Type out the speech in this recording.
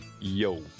Yo